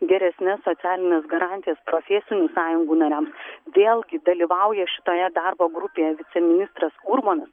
geresnes socialines garantijas profesinių sąjungų nariams vėlgi dalyvauja šitoje darbo grupėje viceministras urbonas